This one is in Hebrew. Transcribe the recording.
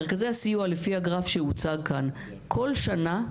מרכזי הסיוע, לפי הגרף שהוצג כאן, כל שנה,